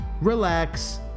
relax